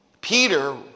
Peter